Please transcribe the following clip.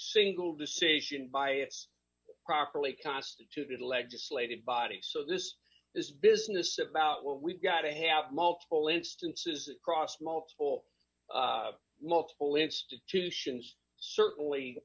single decision by its properly constituted legislative body so this this business about what we've got to have multiple instances across multiple multiple institutions certainly